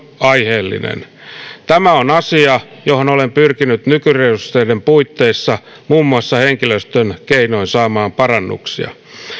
aiheellinen tämä on asia johon olen pyrkinyt nykyresurssien puitteissa muun muassa henkilöstön keinoin saamaan parannuksia